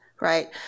right